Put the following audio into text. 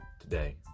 today